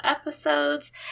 episodes